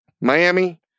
Miami